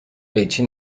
قیچی